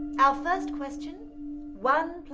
our first question one